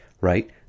right